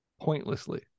pointlessly